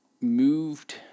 moved